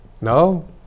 no